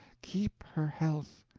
keep her health.